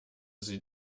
sie